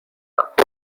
داد